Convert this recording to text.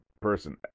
person